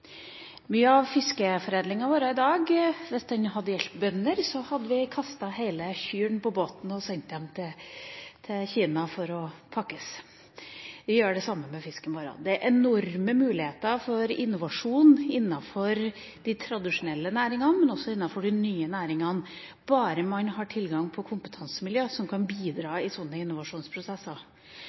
mye av fiskeforedlinga vår i dag, hadde gjeldt bønder, hadde vi kastet hele kyr på båten og sendt dem til Kina for å pakkes. Vi gjør det med fisken vår. Det er enorme muligheter for innovasjon innenfor de tradisjonelle næringene, men også innenfor de nye næringene bare man har tilgang på kompetansemiljøer som kan bidra i sånne innovasjonsprosesser.